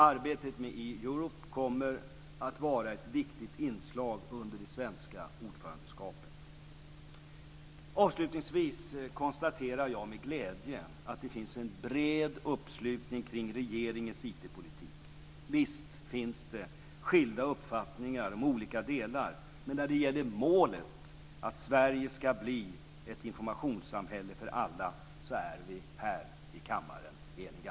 Arbetet med e-Europe kommer att vara ett viktigt inslag under det svenska ordförandeskapet. Avslutningsvis konstaterar jag med glädje att det finns en bred uppslutning kring regeringens IT politik. Visst finns det skilda uppfattningar om olika delar, men när det gäller målet att Sverige ska bli ett informationssamhälle för alla så är vi här i kammaren eniga.